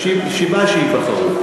שבעה שייבחרו.